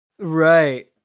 right